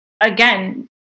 again